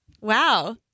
wow